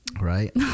right